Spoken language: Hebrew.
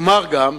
אומר גם